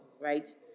right